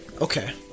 Okay